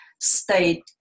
state